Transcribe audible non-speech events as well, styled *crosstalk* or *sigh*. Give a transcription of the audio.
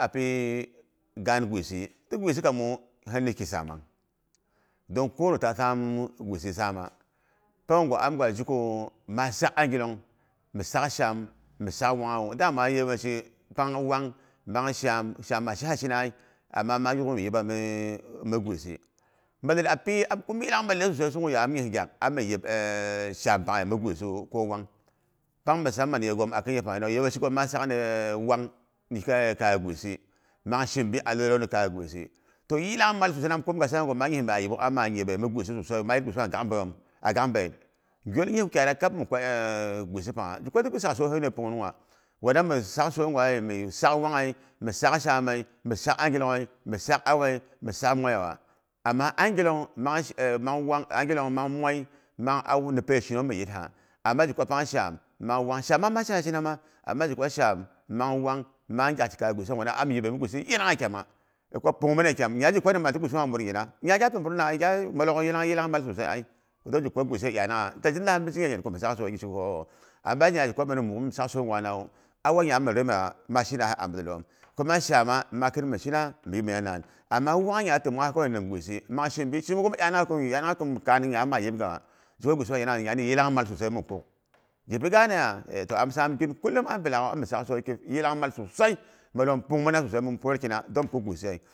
Api gaan gwisi, ti gwisi kamu liniki samang. Don kono ta saam gwisi sama. Pangwu am ngwa zhiku ma sak angilong, mi sak shaama, mi sak wanghawu, dama yawanshi pang wang mang shaam, shaam ma shihi shina ai, amma ma yuk mi yibami migwisi malyet a pi yilangmaldei susai, sughu ya am yi gyak ami yip *hesitation* shaam panye mi gwisiwu, ko wang misaman yawanshi ghom kin yepang nawu yawanshi ghom maa sak nde wang ni kaya gwisi mang shimbi a laulan ni kaya gwisi toh yilamal sosai mi am kumgai sa'igu ma yi ma yi ama yi ma yibei mi gwisi susiway ma yit gwisi pang a gak mbeiyom a gak mbei ngyolgi wukyayetda kab ni kwa gwisi pangya. Ghi kwati saksa ni pungnugha, wana ni sak so ngwaye mi sak wanghe mi sak shaame, mi sak angilonghe, mi sak auwe, mi sak moiyiwa ama angilong mang moi mang auwu ni peishinun, miyitha. Amma ghi kwapang sham mang avang, shaama ma shiha shina ma amma gi kwa shaam mang wang, mang gyak ki gwisi nguna ami yibe mi guisi yanagha kyama. gika pungmine kyam nyagi kwa nama gwisi ngwami wur gina? Gyakin murna malook yilang yilangmal sosai ai dongi kwa gwisiye iyanangha, ama bangia mi saksoi gwanawu, auwa nga mi rimewa, mashina a bidelom, kwama shama ma kin min shina mi yipminam amma wang nya kawai timungha ni gwisi mang shimbi. Shimbi kuma mi iyana kinki nya ma yibgawa zo gwihi wa nya yilang mal sosai mimikuk, ghipi ganeya? Toh am sam gin kullum ambi laak'ghu ami sak soi mi yilangmal sosai, malom pungmina sosai min pwolkina dong mi kuk gwisi ye.